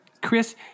Chris